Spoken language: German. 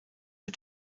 mit